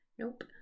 Nope